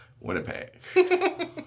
Winnipeg